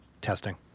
testing